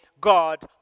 God